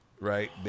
right